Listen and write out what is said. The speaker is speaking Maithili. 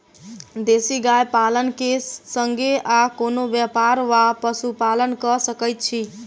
देसी गाय पालन केँ संगे आ कोनों व्यापार वा पशुपालन कऽ सकैत छी?